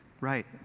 right